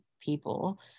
people